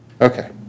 Okay